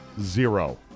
zero